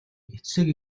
эцэг